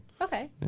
Okay